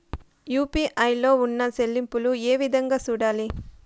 UPI లో ఉన్న చెల్లింపులు ఏ విధంగా సూడాలి